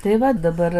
tai va dabar